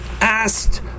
asked